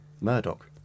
Murdoch